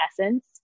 essence